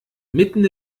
mitten